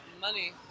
money